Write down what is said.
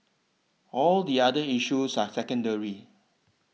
all the other issues are secondary